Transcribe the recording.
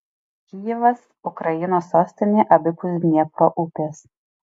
kijevas ukrainos sostinė abipus dniepro upės